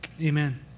Amen